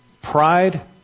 Pride